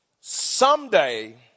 Someday